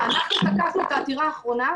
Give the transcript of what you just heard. אנחנו לא --- אנחנו תקפנו את העתירה האחרונה,